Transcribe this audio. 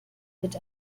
mit